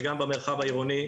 וגם במרחב העירוני,